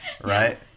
Right